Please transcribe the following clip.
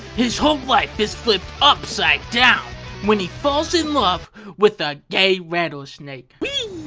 his whole life is flipped upside down when he falls in love with a gay rattlesnake.